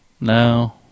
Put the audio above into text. No